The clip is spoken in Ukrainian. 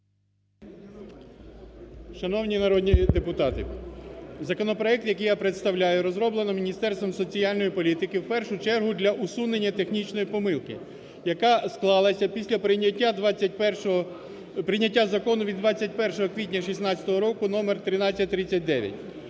Шановні народні депутати, законопроект, який я представляю, розроблено Міністерством соціальної політики в першу чергу для усунення технічної помилки, яка склалася після прийняття закону від 21 квітня 2016 року номер 1339.